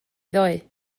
ddoe